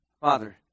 Father